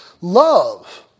love